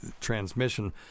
transmission